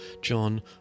John